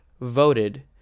voted